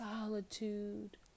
solitude